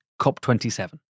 COP27